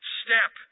step